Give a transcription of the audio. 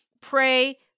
pray